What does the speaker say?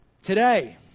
Today